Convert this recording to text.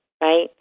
right